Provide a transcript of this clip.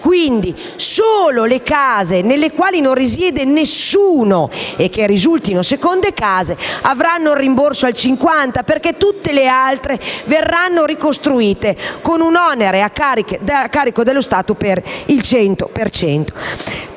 Quindi solo le case nelle quali non risiede nessuno e che risultino seconde case avranno il rimborso al 50 per cento, perché tutte le altre verranno ricostruite con un onere a carico dello Stato pari al 100